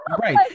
Right